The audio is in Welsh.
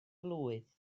blwydd